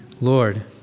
Lord